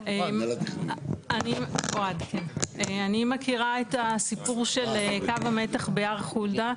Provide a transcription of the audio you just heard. אני מכירה את הסיפור של קו המתח בהר חולדה,